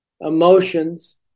emotions